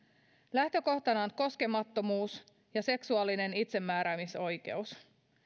lähtökohtana ovat koskemattomuus ja seksuaalinen itsemääräämisoikeus